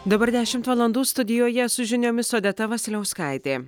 dabar dešimt valandų studijoje su žiniomis odeta vasiliauskaitė